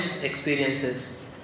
experiences